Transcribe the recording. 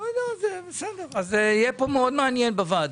יהיה מאוד מעניין בוועדה.